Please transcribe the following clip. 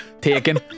Taken